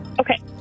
Okay